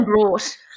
brought